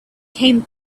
came